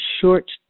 short